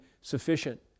sufficient